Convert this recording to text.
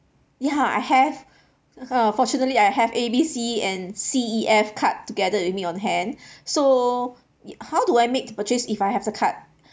ya I have fortunately I have A B C and C E F card together with me on hand so how do I make the purchase if I have the card